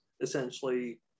essentially